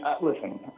listen